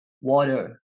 water